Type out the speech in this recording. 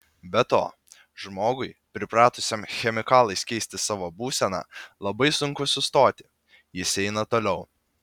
be to žmogui pripratusiam chemikalais keisti savo būseną labai sunku sustoti jis eina toliau